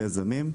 כיזמים,